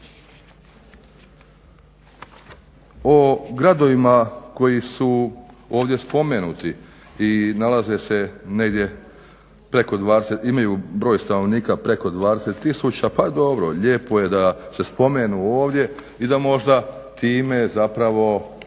O gradovima koji su ovdje spomenuti i nalaze se negdje i imaju broj stanovnika preko 20 tisuća, pa dobro, lijepo je da se spomenu ovdje i da možda time zapravo